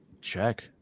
Check